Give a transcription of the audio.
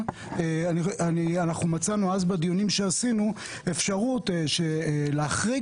מצאנו בדיונים שעשינו אפשרות להחריג